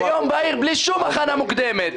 ביום בהיר בלי שום הכנה מוקדמת.